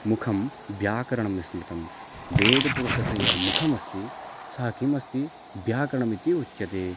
मुखं व्याकरणं स्मृतं वेदः पुरुषस्य यः मुखमस्ति सः किमस्ति व्याकरणमिति उच्यते